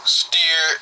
steer